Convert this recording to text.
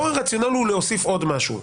פה הרציונל הוא להוסיף עוד משהו,